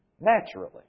naturally